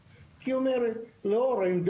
כשהוא הגיש את העתירה לבית המשפט העליון